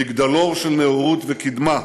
מגדלור של נאורות וקדמה,